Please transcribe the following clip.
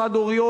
חד-הוריות,